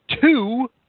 two